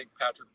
Patrick